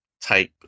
type